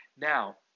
Now